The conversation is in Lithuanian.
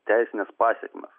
teisines pasekmes